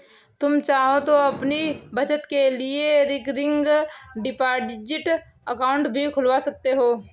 तुम चाहो तो अपनी बचत के लिए रिकरिंग डिपॉजिट अकाउंट भी खुलवा सकते हो